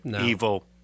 evil